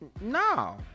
No